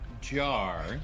jar